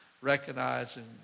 recognizing